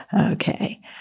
Okay